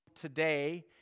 today